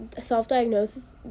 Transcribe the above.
self-diagnosis